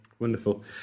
Wonderful